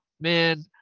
man